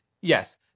yes